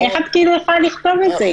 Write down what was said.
איך את כאילו יכולה לכתוב את זה?